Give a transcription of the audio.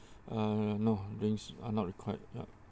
uh no drinks are not required yup